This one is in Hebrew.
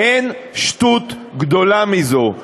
אין שטות גדולה מזו.